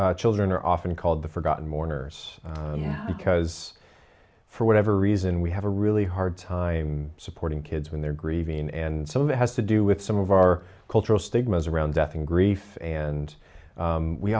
yes children are often called the forgotten mourners because for whatever reason we have a really hard time supporting kids when they're grieving and so it has to do with some of our cultural stigmas around death and grief and